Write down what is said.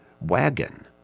wagon